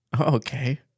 Okay